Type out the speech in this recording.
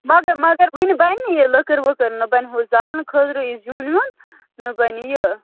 مگر مگر وُنہِ بَنہِ نہٕ یہِ لٔکٕر ؤکٕر نَہ بَنہِ ہُہ زالنہٕ خٲطرٕ یہِ زیُن ویُن نہَ بَنہِ یہِ